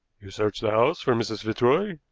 you searched the house for mrs. fitzroy?